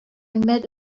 met